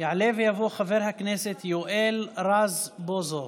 יעלה ויבוא חבר הכנסת יואל רוזבוזוב.